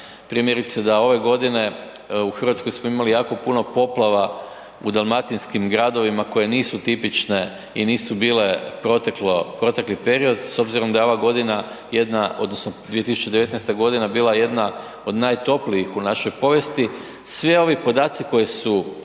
primjerice da ove godine u RH smo imali jako puno poplava u dalmatinskim gradovima koje nisu tipične i nisu bile proteklo, protekli period s obzirom da je ova godina jedna odnosno 2019.g. bila jedna od najtoplijih u našoj povijesti. Svi ovi podaci koji su ovdje